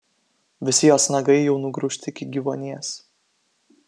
visi jos nagai jau nugraužti iki gyvuonies